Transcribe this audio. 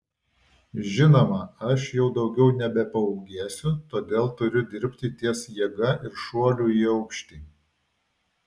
žinoma aš jau daugiau nebepaūgėsiu todėl turiu dirbti ties jėga ir šuoliu į aukštį